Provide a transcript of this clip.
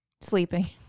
sleeping